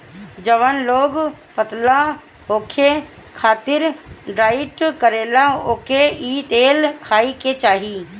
जवन लोग पतला होखे खातिर डाईट करेला ओके इ तेल खाए के चाही